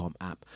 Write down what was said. app